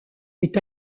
est